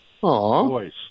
voice